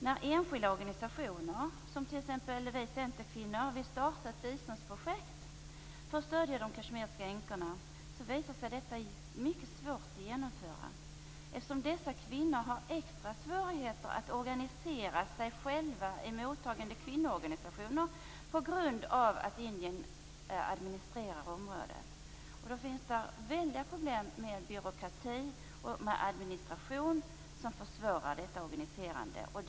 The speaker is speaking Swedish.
När enskilda organisationer, t.ex. vi centerkvinnor, vill starta ett biståndsprojekt för att stödja de kashmirska änkorna visar det sig vara mycket svårt att genomföra detta. Dessa kvinnor har nämligen extra svårigheter att organisera sig själva i mottagande kvinnoorganisationer på grund av att Indien administrerar området. Det finns där stora problem med byråkrati och administration, vilket försvårar detta organiserande.